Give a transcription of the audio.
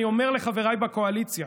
אני אומר לחבריי בקואליציה: